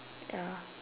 ya